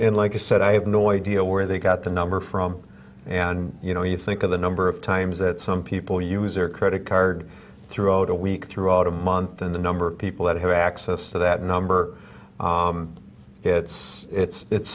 and like i said i have no idea where they got the number from and you know you think of the number of times that some people use their credit card throughout a week throughout a month and the number of people that have access to that number it's it's